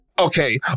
Okay